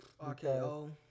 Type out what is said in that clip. RKO